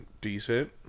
decent